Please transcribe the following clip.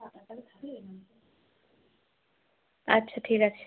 আচ্ছা ঠিক আছে